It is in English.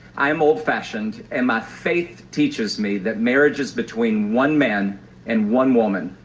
i'm old-fashioned, and my faith teaches me that marriage is between one man and one woman.